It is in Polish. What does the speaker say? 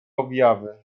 objawy